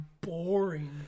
boring